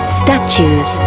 statues